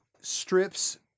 strips